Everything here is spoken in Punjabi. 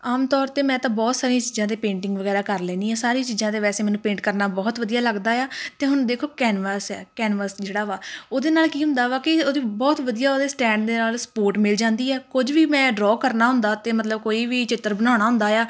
ਆਮ ਤੌਰ 'ਤੇ ਮੈਂ ਤਾਂ ਬਹੁਤ ਸਾਰੀਆਂ ਚੀਜ਼ਾਂ 'ਤੇ ਪੇਂਟਿੰਗ ਵਗੈਰਾ ਕਰ ਲੈਂਦੀ ਹਾਂ ਸਾਰੀ ਚੀਜ਼ਾਂ 'ਤੇ ਵੈਸੇ ਮੈਨੂੰ ਪੇਂਟ ਕਰਨਾ ਬਹੁਤ ਵਧੀਆ ਲੱਗਦਾ ਆ ਤਾਂ ਹੁਣ ਦੇਖੋ ਕੈਨਵਸ ਹੈ ਕੈਨਵਸ ਜਿਹੜਾ ਵਾ ਉਹਦੇ ਨਾਲ ਕੀ ਹੁੰਦਾ ਵਾ ਕਿ ਉਹਦੀ ਬਹੁਤ ਵਧੀਆ ਉਹਦੇ ਸਟੈਂਡ ਦੇ ਨਾਲ ਸਪੋਰਟ ਮਿਲ ਜਾਂਦੀ ਹੈ ਕੁਝ ਵੀ ਮੈਂ ਡ੍ਰੋ ਕਰਨਾ ਹੁੰਦਾ ਤਾਂ ਮਤਲਬ ਕੋਈ ਵੀ ਚਿੱਤਰ ਬਣਾਉਣਾ ਹੁੰਦਾ ਆ